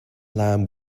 lamb